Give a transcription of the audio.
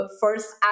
first